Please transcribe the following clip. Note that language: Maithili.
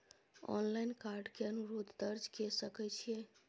ऑनलाइन कार्ड के अनुरोध दर्ज के सकै छियै?